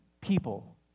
people